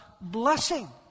blessing